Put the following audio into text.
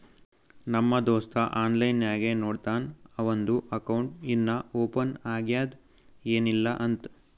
ನಮ್ ದೋಸ್ತ ಆನ್ಲೈನ್ ನಾಗೆ ನೋಡ್ತಾನ್ ಅವಂದು ಅಕೌಂಟ್ ಇನ್ನಾ ಓಪನ್ ಆಗ್ಯಾದ್ ಏನಿಲ್ಲಾ ಅಂತ್